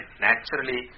naturally